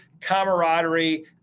camaraderie